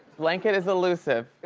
blanket is elusive.